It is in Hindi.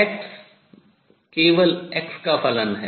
X केवल x का फलन है